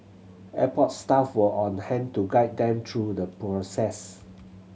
airport staff were on hand to guide them through the process